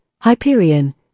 Hyperion